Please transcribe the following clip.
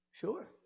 Sure